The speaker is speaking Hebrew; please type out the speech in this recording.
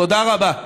תודה רבה.